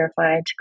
verified